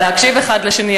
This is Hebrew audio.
על להקשיב האחד לשני,